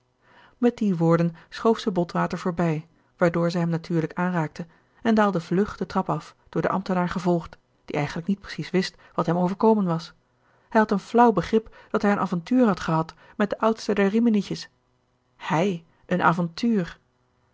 met die woorden schoof zij botwater voorbij waardoor zij hem natuurlijk aanraakte en daalde vlug de trap af door den ambtenaar gevolgd die eigenlijk niet precies wist wat hem overkomen was hij had een flauw begrip dat hij een avontuur had gehad met de oudste der riminietjes hij een avontuur